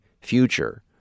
future